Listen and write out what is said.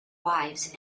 wives